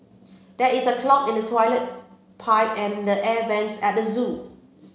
there is a clog in the toilet pipe and air vents at the zoo